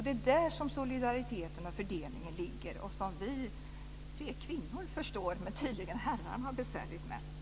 Det är där som solidariteten i fördelningen ligger och som tydligen vi kvinnor förstår men som herrarna har det besvärligt med.